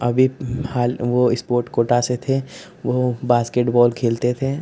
अभी हाल वह स्पोट्र्स कोटा से थे वह बास्केटबॉल खेलते थे